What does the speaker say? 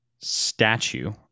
statue